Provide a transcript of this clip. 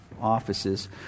offices